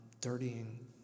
dirtying